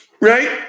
Right